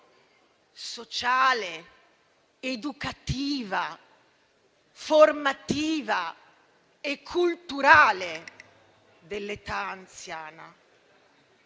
sociale, educativa, formativa e culturale dell'età anziana.